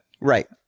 Right